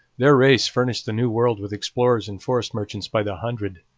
their race furnished the new world with explorers and forest merchants by the hundred.